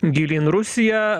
gilyn rusiją